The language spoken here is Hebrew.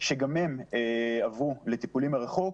שגם הם עברו לטיפולים מרחוק.